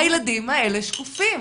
הילדים האלה שקופים,